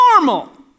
normal